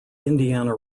indiana